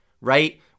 right